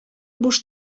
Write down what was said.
буш